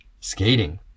skating